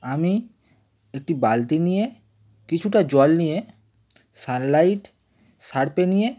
আমি একটি বালতি নিয়ে কিছুটা জল নিয়ে সানলাইট সার্ফ নিয়ে